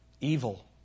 evil